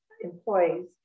employees